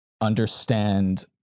understand